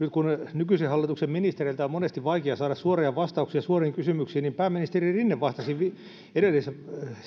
nykyisen hallituksen ministereiltä on monesti vaikea saada suoria vastauksia suoriin kysymyksiin niin pääministeri rinne vastasi edellisessä